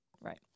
Right